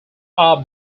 are